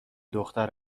دختر